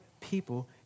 people